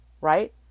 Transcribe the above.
right